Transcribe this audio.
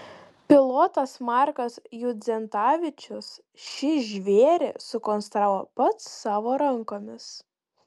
pilotas markas judzentavičius šį žvėrį sukonstravo pats savo rankomis